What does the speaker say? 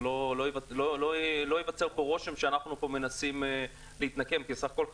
שלא ייווצר פה רושם שאנחנו מנסים להתנקם כי בסך הכל,